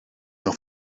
off